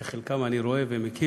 שאת חלקם אני רואה ומכיר,